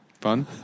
Fun